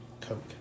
Coke